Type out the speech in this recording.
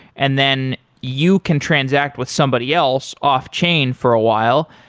and then you can transact with somebody else off-chain for a while.